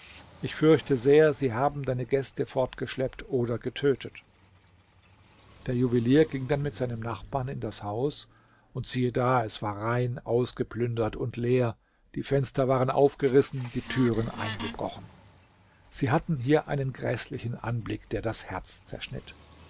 ich fürchte sehr sie haben deine gäste fortgeschleppt oder getötet der juwelier ging dann mit seinem nachbarn in das haus und siehe da es war rein ausgeplündert und leer die fenster waren aufgerissen die türen eingebrochen sie hatten hier einen gräßlichen anblick der das herz zerschnitt